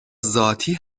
ذاتی